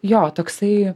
jo toksai